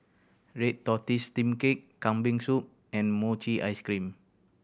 red tortoise steamed cake Kambing Soup and mochi ice cream